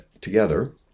together